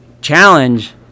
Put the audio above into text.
challenge